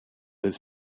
was